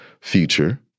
future